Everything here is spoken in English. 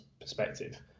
perspective